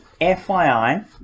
FYI